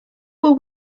will